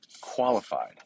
qualified